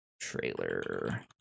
Trailer